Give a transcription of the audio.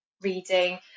reading